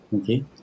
okay